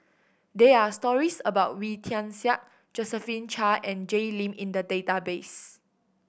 there are stories about Wee Tian Siak Josephine Chia and Jay Lim in the database